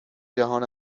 جهان